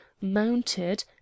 mounted